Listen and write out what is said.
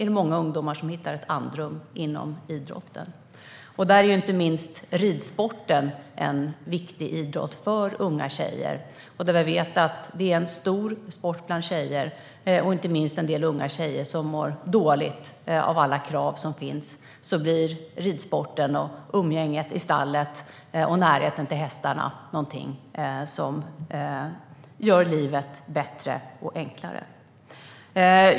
Där är inte minst ridsporten en viktig idrott för unga tjejer. Eftersom jag vet att det är en stor sport bland tjejer, och inte minst bland en del unga tjejer som mår dåligt av alla krav som finns, blir ridsporten, umgänget i stallet och närheten till hästarna någonting som gör livet bättre och enklare.